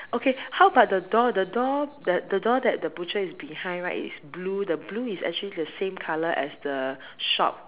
okay how about the door the door the the door that the butcher is behind right is blue the blue is actually the same color as the shop